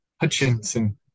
Hutchinson